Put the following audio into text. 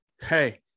hey